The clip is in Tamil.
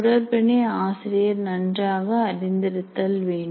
தொடர்பினை ஆசிரியர் நன்றாக அறிந்திருத்தல் வேண்டும்